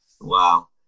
Wow